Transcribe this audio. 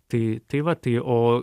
tai tai va tai o